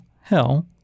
hell